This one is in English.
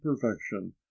perfection